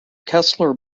kessler